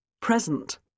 present